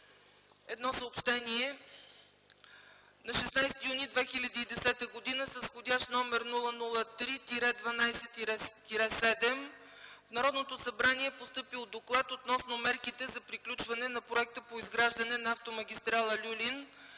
Едно съобщение. На 16 юни 2010 г. с вх. № 003-12-7 в Народното събрание е простъпил Доклад относно мерките за приключване на проекта по изграждане на автомагистрала „Люлин”,